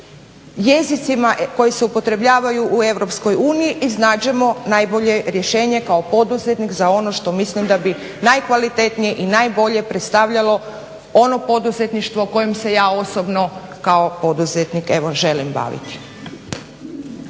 jezicima koji se upotrebljavaju u EU iznađemo najbolje rješenje kao poduzetnik za ono što mislim da bi najkvalitetnije i najbolje predstavljalo ono poduzetništvo kojem se ja osobno kao poduzetnik evo želim baviti.